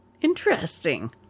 interesting